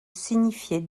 signifiait